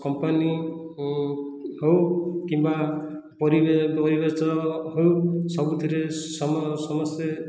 company ହେଉ କିମ୍ବା ପରିବେ ପରିବେଶ ହେଉ ସବୁଥିରେ ସମସ୍ତେ